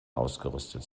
ausgerüstet